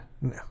No